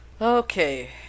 Okay